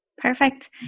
Perfect